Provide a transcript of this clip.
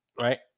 Right